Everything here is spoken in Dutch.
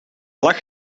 lag